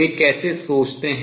वे कैसे सोचते हैं